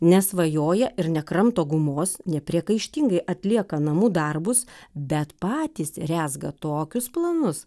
nesvajoja ir nekramto gumos nepriekaištingai atlieka namų darbus bet patys rezga tokius planus